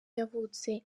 yavutse